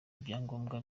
ibyangombwa